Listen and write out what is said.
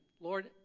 Lord